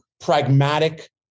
pragmatic